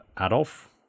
Adolf